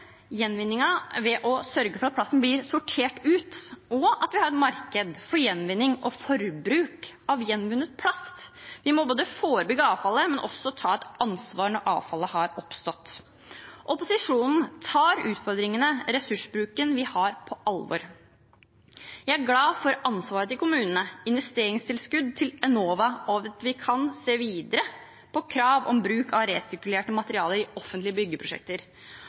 ved å sørge for at plasten blir sortert ut, og at vi har et marked for gjenvinning og forbruk av gjenvunnet plast. Vi må forebygge avfallet, men også ta et ansvar når avfallet har oppstått. Opposisjonen tar utfordringene med ressursbruken vi har, på alvor. Vi er glad for ansvaret til kommunene, investeringstilskudd til Enova, og at vi kan se videre på krav om bruk av resirkulerte materialer i offentlige byggeprosjekter